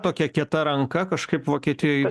tokia kieta ranka kažkaip vokietijoj